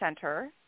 center